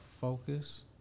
focus